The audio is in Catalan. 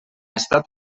estat